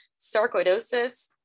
sarcoidosis